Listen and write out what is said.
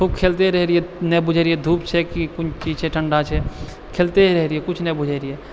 खुब खेलिते रहय रहिये नहि बुझय रहियै धूप छै कि कोन चीज छै ठण्डा छै खेलते रहय रहियइ किछु नहि बुझय रहियइ